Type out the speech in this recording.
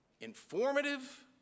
Informative